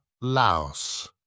Laos